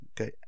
okay